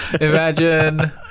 imagine